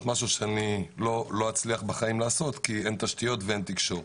משהו שאני לא אצליח לעשות בחיים כי אין תשתיות ואין תקשורת.